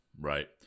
Right